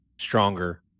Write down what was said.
stronger